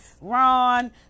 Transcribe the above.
Ron